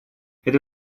это